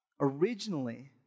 originally